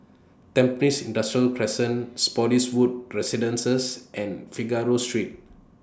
Tampines Industrial Crescent Spottiswoode Residences and Figaro Street